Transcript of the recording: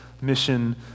mission